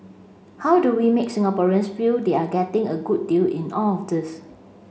how do we make Singaporeans feel they are getting a good deal in all of this